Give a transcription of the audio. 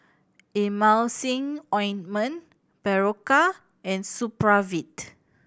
Emulsying Ointment Berocca and Supravit